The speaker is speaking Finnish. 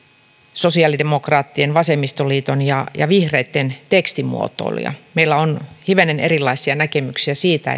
sosiaalidemokraattien vasemmistoliiton ja ja vihreitten tekstimuotoiluja meillä on hivenen erilaisia näkemyksiä siitä